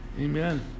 Amen